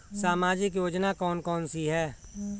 सामाजिक योजना कौन कौन सी हैं?